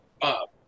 Bob